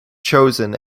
chosen